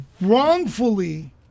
Wrongfully